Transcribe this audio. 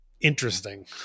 interesting